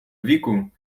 віку